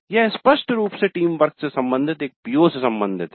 यह स्पष्ट रूप से टीम वर्क से संबंधित एक PO से संबंधित है